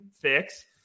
fix